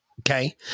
okay